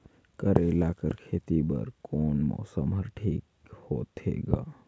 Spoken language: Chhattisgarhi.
करेला कर खेती बर कोन मौसम हर ठीक होथे ग?